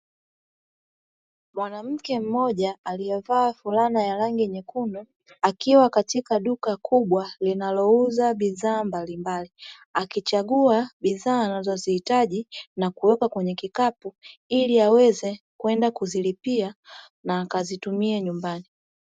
Mwanamke mmoja alievaa fulana ya rangi nyekundu, akiwa katika duka kubwa linalouza bidhaa mbalimbali, akichagua bidhaa anazo zihitaji na kuweka kwenye kikapu ili aweze kwenda kuzilipia na akazitumie nyumbani